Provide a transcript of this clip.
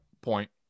point